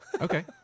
Okay